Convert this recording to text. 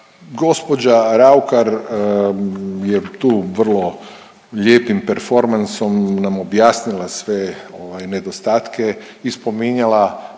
Gospođa Raukar je tu vrlo lijepim performansom nam objasnila sve nedostatke i spominjala